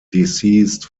deceased